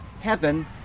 heaven